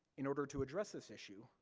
in order to address this issue,